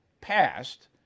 passed